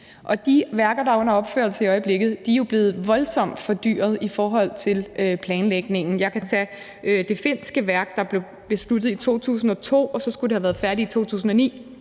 De værker, der er under opførelse i øjeblikket, er jo blevet voldsomt fordyret i forhold til planlægningen. Jeg kan tage det finske værk, der blev besluttet i 2002, og som skulle have været færdigt i 2009,